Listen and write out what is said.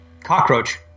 cockroach